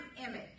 image